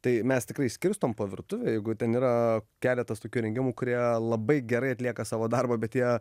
tai mes tikrai išskirstom po virtuvę jeigu ten yra keletas tokių įrengimų kurie labai gerai atlieka savo darbą bet jie